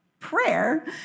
prayer